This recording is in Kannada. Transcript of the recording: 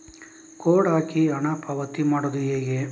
ಕೋಡ್ ಹಾಕಿ ಹಣ ಪಾವತಿ ಮಾಡೋದು ಹೇಗೆ?